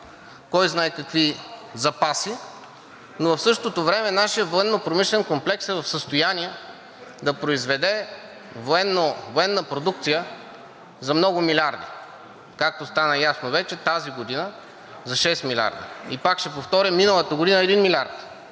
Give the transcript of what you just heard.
кой знае какви запаси, но в същото време нашият Военнопромишлен комплекс е в състояние да произведе военна продукция за много милиарди. Както стана ясно вече, тази година за 6 милиарда, и пак ще повторя, миналата година 1 милиард.